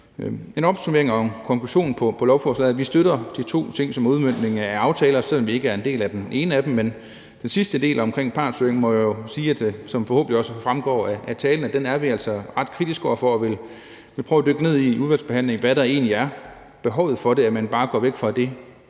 En opsummering og en konklusion på lovforslaget: Vi støtter de to ting, som er udmøntningen af aftaler, selv om vi ikke er en del af den ene af dem, men den sidste del omkring partshøring må jeg jo sige, som det forhåbentlig også er fremgået af talen, er vi altså kritiske over for, og vi vil under udvalgsbehandlingen prøve at dykke ned i, hvad behovet egentlig er for, at man bare går væk fra det